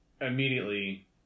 immediately